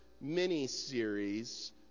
mini-series